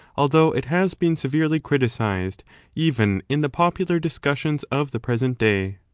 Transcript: although it has been severely criticised even in the popular discussions of the present day.